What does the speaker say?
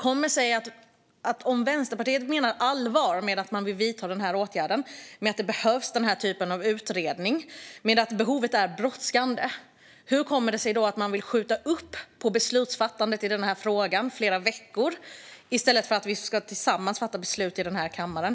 Om Vänsterpartiet menar allvar med att man vill vidta den åtgärden, att den här typen av utredning behövs och att behovet är brådskande, hur kommer det sig då att man vill skjuta upp beslutsfattandet i den här frågan flera veckor i stället för att vi tillsammans ska fatta beslut i den här kammaren?